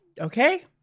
okay